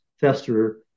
fester